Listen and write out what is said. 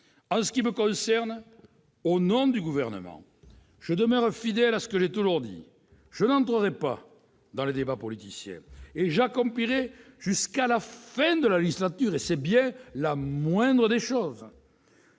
En ce qui me concerne, au nom du Gouvernement, je demeure fidèle à ce que j'ai toujours dit. Je n'entrerai pas dans les débats politiciens et j'accomplirai jusqu'à la fin de la législature- c'est bien la moindre des choses